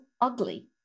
ugly